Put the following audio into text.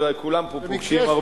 וכולם פוגשים פה,